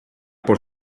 por